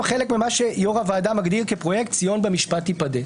חלק ממה שיושב-ראש הוועדה מגדיר כפרויקט "ציון במשפט תיפדה".